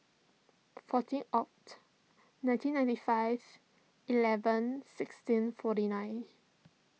fourteen Oct nineteen ninety five eleven sixteen forty nine